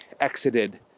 exited